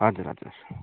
हजुर हजुर